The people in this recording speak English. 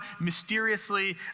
mysteriously